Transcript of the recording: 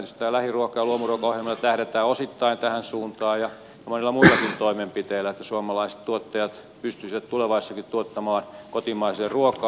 tietysti tällä lähiruoka ja luomuruokaohjelmalla tähdätään osittain tähän suuntaan ja monilla muillakin toimenpiteillä että suomalaiset tuottajat pystyisivät tulevaisuudessakin tuottamaan kotimaista ruokaa